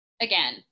Again